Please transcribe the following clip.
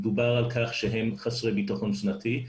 מדובר על כך שהם חסרי ביטחון תזונתי.